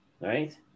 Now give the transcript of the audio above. right